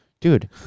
Dude